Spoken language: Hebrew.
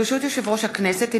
ברשות יושב-ראש הכנסת,